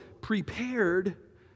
prepared